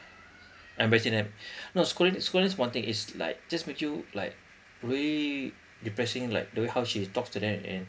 embarassing them not scolding scolding is one one thing it's like just make you like very depressing like the way how she talks to them and